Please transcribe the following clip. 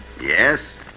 Yes